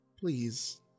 Please